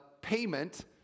payment